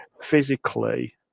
physically